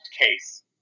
case